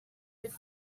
with